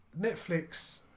Netflix